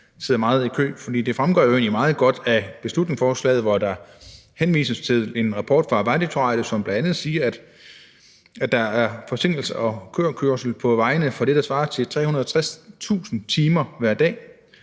sidder meget i kø? For det fremgår jo egentlig meget godt af beslutningsforslaget, hvor der henvises til en rapport fra Vejdirektoratet, som bl.a. siger, at der er forsinkelser og køkørsel på vejene for det, der svarer til 360.000 timer hver dag.